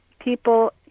people